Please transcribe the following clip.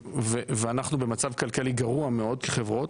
ואנחנו במצב כלכלי גרוע מאוד כחברות,